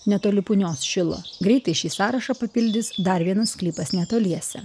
netoli punios šilo greitai šį sąrašą papildys dar vienas sklypas netoliese